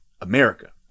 America